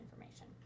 information